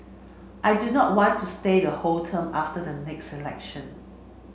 I do not want to stay the whole term after the next selection